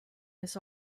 this